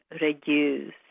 reduce